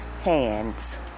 hands